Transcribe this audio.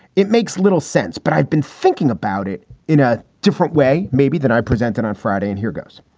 it makes little sense, but i've been thinking about it in a different way maybe than i presented on friday. and here goes.